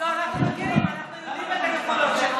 לא, אנחנו מכירים, אנחנו יודעים את היכולות שלך.